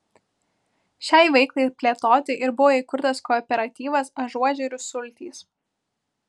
šiai veiklai plėtoti ir buvo įkurtas kooperatyvas ažuožerių sultys